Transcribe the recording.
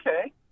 Okay